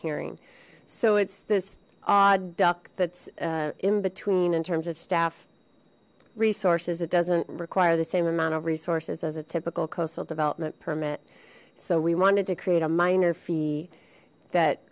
hearing so it's this odd duck that's in between in terms of staff resources it doesn't require the same amount of resources as a typical coastal development permit so we wanted to create a minor fee that